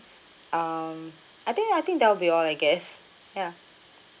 um I think I think that will be all I guess ya